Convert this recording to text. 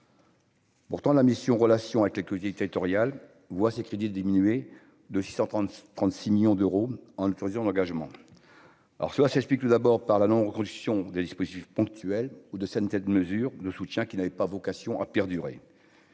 Pourtant, la mission Relations avec les politiques territoriales voit ses crédits diminuer de 636 millions d'euros en le Kurdistan d'engagement, alors tu vois s'explique tout d'abord par la longue relation des dispositifs ponctuelles ou de centaines de mesures de soutien qui n'avait pas vocation à perdurer,